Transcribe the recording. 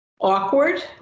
awkward